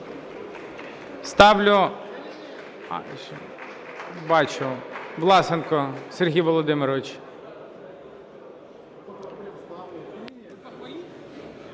Бачу. Власенко Сергій Володимирович.